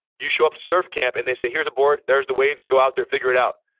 you show up to surf camp and they say, here's a board, there's the waves, go out there, figure it out.